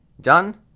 Done